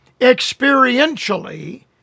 experientially